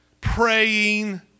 praying